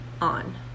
on